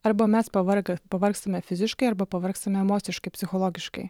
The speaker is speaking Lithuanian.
arba mes pavarg pavargstame fiziškai arba pavargstame emociškai psichologiškai